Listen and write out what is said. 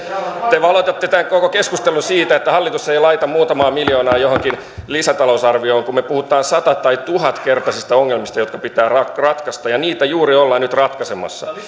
te valloitatte tämän koko keskustelun sillä että hallitus ei laita muutamaa miljoonaa johonkin lisätalousarvioon kun me puhumme sata tai tuhatkertaisista ongelmista jotka pitää ratkaista ja niitä juuri ollaan nyt ratkaisemassa